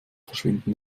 verschwinden